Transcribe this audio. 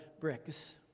bricks